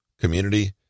community